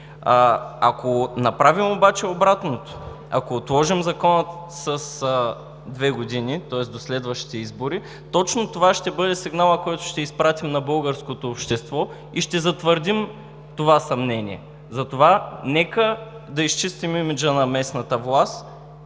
Ако направим обаче обратното и отложим Закона с две години – тоест до следващите избори, точно това ще бъде сигналът, който ще изпратим на българското общество и ще затвърдим това съмнение. Затова нека изчистим имиджа на местната власт